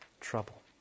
trouble